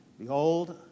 Behold